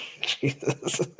Jesus